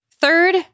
Third